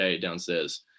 downstairs